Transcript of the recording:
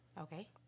okay